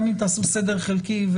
גם אן תעשו סדר חלקי.